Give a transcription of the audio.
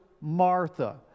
Martha